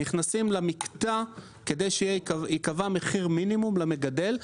כדי שייקבע מחיר מינימום למגדל,